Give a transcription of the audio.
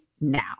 now